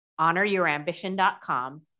honoryourambition.com